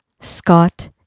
Scott